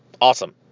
Awesome